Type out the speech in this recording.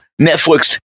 netflix